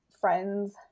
friends